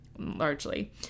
Largely